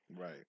Right